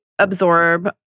absorb